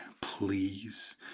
Please